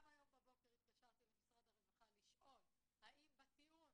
גם הבוקר התקשרתי למשרד הרווחה לשאול האם בטיעון